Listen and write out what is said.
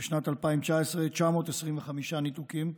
בשנת 2019, 925 ניתוקים,